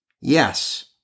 yes